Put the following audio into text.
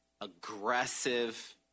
aggressive